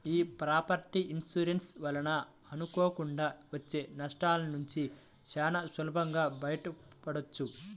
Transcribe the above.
యీ property insurance వలన అనుకోకుండా వచ్చే నష్టాలనుంచి చానా సులభంగా బయటపడొచ్చు